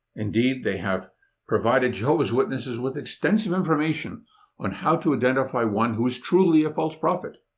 indeed, they have provided jehovah's witnesses with extensive information on how to identify one who is truly a false prophet.